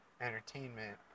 entertainment